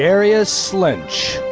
d'arius lynch.